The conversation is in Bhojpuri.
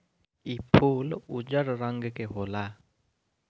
इ फूल उजर रंग के होला